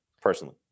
personally